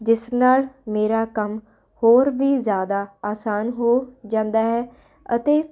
ਜਿਸ ਨਾਲ ਮੇਰਾ ਕੰਮ ਹੋਰ ਵੀ ਜਿਆਦਾ ਆਸਾਨ ਹੋ ਜਾਂਦਾ ਹੈ ਅਤੇ